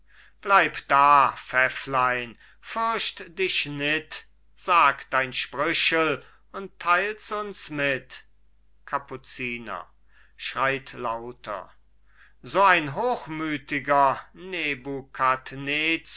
bleib da pfäfflein fürcht dich nit sag dein sprüchel und teils uns mit kapuziner schreit lauter so ein hochmütiger nebukadnezer